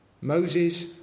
Moses